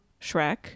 shrek